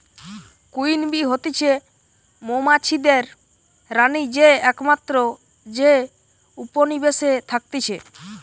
queen bee হতিছে মৌমাছিদের রানী যে একমাত্র যে উপনিবেশে থাকতিছে